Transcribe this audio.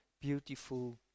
beautiful